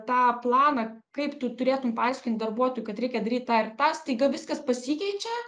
tą planą kaip tu turėtum paaiškint darbuotojui kad reikia daryt tą ir tą staiga viskas pasikeičia